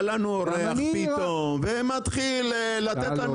בא לנו אורח פתאום ומתחיל לתת לנו